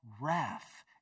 wrath